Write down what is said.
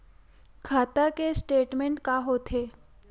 खाता के स्टेटमेंट का होथे?